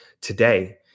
today